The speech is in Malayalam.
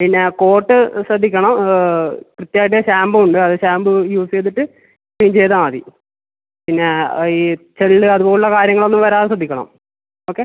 പിന്നെ കോട്ട് ശ്രദ്ധിക്കണം കൃത്യമായിട്ട് ഷാംപൂ ഉണ്ട് അത് ഷാംപൂ യൂസ് ചെയ്തിട്ട് ക്ലീൻ ചെയ്താൽ മതി പിന്നെ ഈ ചെള്ള് അത് പോലുള്ള കാര്യങ്ങൾ ഒന്നും വരാതെ ശ്രദ്ധിക്കണം ഓക്കെ